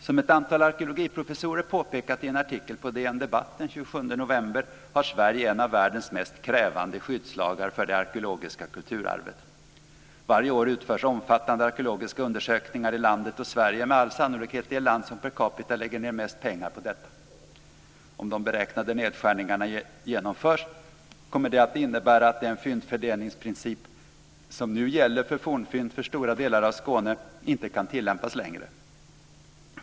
Som ett antal arkeologiprofessorer påpekat i en artikel på DN Debatt den 27 november har Sverige en av världens mest krävande skyddslagar för det arkeologiska kulturarvet. Varje år utförs omfattande arkeologiska undersökningar i landet. Sverige är med all sannolikhet det land som per capita lägger ned mest pengar på detta. Om de beräknade nedskärningarna genomförs kommer det att innebära att den fyndfördelningsprincip som nu gäller för fornfynd för stora delar av Skåne inte kan tillämpas längre.